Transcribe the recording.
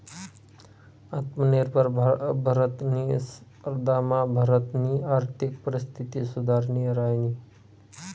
आत्मनिर्भर भारतनी स्पर्धामा भारतनी आर्थिक परिस्थिती सुधरि रायनी